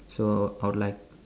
so I'd like